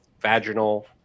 vaginal